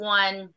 one